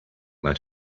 let